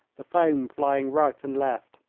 the foam flying right and left.